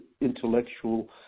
intellectual